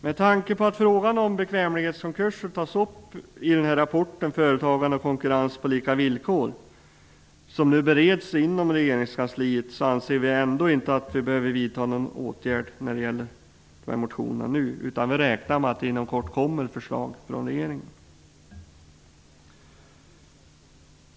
Med tanke på att frågan om bekvämlighetskonkurser tas upp i rapporten Företagande och konkurrens på lika villkor, som nu bereds inom regeringskansliet, anser vi ändå inte att riksdagen nu behöver vidta någon åtgärd med anledning av motionerna. Vi räknar med att det inom kort kommer förslag från regeringen.